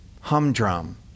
humdrum